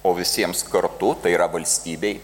o visiems kartu tai yra valstybei